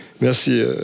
merci